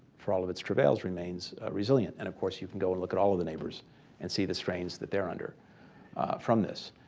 for all of its travails remains resilient. and of course you can go and look at all of the neighbors and see the strains that they're under from this.